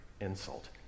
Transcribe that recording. insult